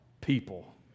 people